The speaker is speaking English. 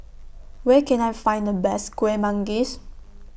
Where Can I Find The Best Kuih Manggis